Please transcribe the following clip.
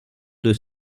deux